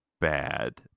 bad